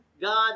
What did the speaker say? God